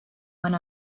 one